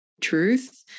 truth